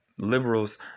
Liberals